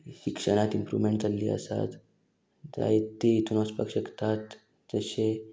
शिक्षणांत इमप्रुवमेंट जाल्ली आसात जायते हितून वचपाक शकतात जशें